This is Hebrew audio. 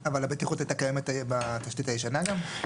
אבל הבטיחות הייתה קיימת בתשתית הישנה גם?